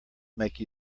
make